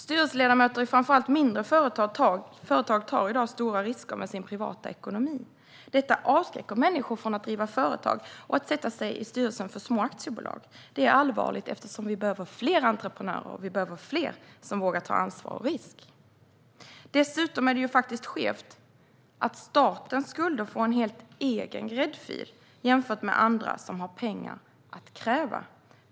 Styrelseledamöter i framför allt mindre företag tar i dag stora risker när det gäller den privata ekonomin. Detta avskräcker människor från att driva företag och att sätta sig i styrelsen för små aktiebolag. Det är allvarligt, eftersom vi behöver fler entreprenörer och fler som vågar ta ansvar och risk. Dessutom är det faktiskt skevt att statens skulder får en helt egen gräddfil jämfört med andra som har pengar att kräva.